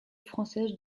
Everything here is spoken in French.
française